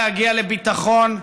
להגיע לביטחון,